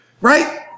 Right